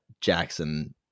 Jackson